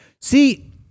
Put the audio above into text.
See